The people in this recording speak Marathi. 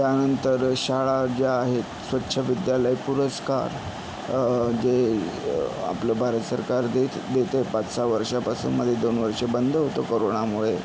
त्यानंतर शाळा ज्या आहेत स्वच्छ विद्यालय पुरस्कार जे आपलं भारत सरकार देत देतं पाच सहा वर्षापासून मध्ये दोन वर्ष बंद होतं कोरोनामुळे